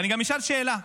ואני גם אשאל שאלה: